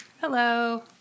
Hello